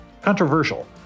controversial